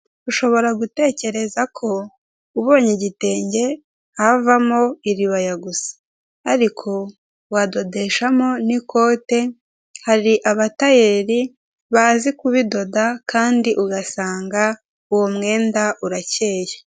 Ushobora gutekereza ko ubonye igitenge havamo iribaya gusa. Ariko wadodeshamo n'ikote, hari abatayeri bazi kubidoda kandi ugasanga uwo mwenda urakeye.